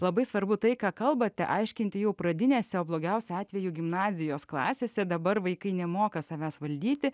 labai svarbu tai ką kalbate aiškinti jau pradinėse o blogiausiu atveju gimnazijos klasėse dabar vaikai nemoka savęs valdyti